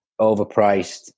overpriced